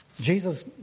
Jesus